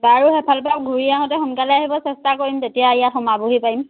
বাৰু সেইফালৰ পৰা ঘূৰি আহোঁতে সোনকালে আহিব চেষ্টা কৰিম তেতিয়া ইয়াত সোমাবহি পাৰিম